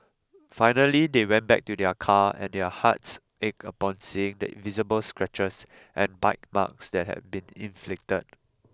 finally they went back to their car and their hearts ached upon seeing the visible scratches and bite marks that had been inflicted